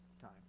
time